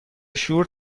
شور